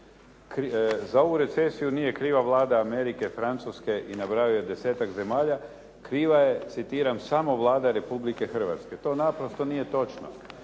“Za ovu recesiju nije kriva Vlada Amerike, Francuske i nabrajao je desetak zemalja kriva je“ citiram “samo Vlada Republike Hrvatske.“ To naprosto nije točno.